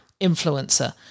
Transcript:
influencer